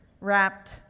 wrapped